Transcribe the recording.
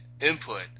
input